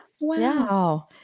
Wow